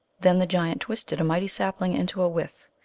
then the giant twisted a mighty sapling into a withe,